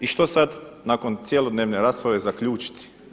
I što sada nakon cjelodnevne rasprave zaključiti?